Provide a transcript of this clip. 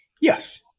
Yes